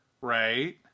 right